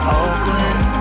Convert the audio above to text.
Oakland